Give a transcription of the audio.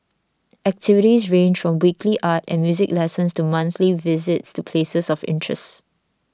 activities range from weekly art and music lessons to monthly visits to places of interests